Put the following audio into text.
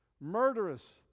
murderous